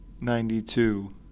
Ninety-two